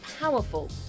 powerful